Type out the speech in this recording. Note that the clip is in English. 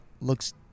looks